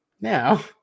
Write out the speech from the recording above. now